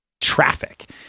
traffic